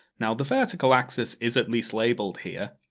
now, the vertical axis is at least labeled here,